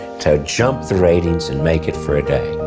to jump the ratings and make it for a day.